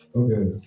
okay